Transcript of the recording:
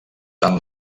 tant